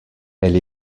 elle